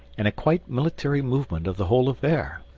and a quite military movement of the whole affair.